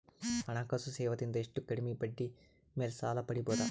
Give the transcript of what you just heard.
ಹಣಕಾಸು ಸೇವಾ ದಿಂದ ಎಷ್ಟ ಕಮ್ಮಿಬಡ್ಡಿ ಮೇಲ್ ಸಾಲ ಪಡಿಬೋದ?